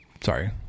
Sorry